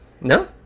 No